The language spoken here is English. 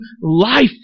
life